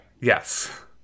Yes